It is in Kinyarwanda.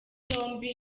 yombi